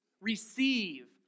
Receive